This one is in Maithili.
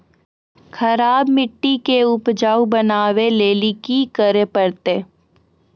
खराब मिट्टी के उपजाऊ बनावे लेली की करे परतै?